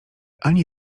ani